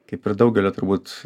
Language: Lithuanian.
kaip ir daugelio turbūt